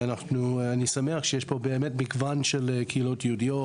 ואני שמח שיש פה באמת מגוון של קהילות יהודיות,